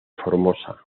formosa